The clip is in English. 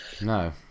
No